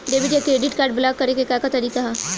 Debit या credit card block करे के का तरीका ह?